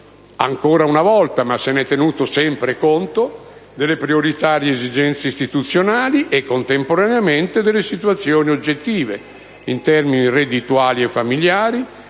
ancora una volta (anche se se ne è sempre tenuto conto), delle prioritarie esigenze istituzionali e, contemporaneamente, delle situazioni oggettive, in termini reddituali e familiari,